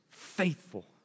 faithful